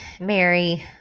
Mary